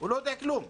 לא יודע כלום.